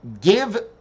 give